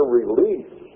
release